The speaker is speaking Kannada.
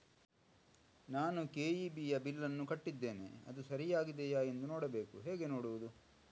ನಾನು ಕೆ.ಇ.ಬಿ ಯ ಬಿಲ್ಲನ್ನು ಕಟ್ಟಿದ್ದೇನೆ, ಅದು ಸರಿಯಾಗಿದೆಯಾ ಎಂದು ನೋಡಬೇಕು ಹೇಗೆ ನೋಡುವುದು?